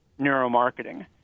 neuromarketing